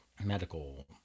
Medical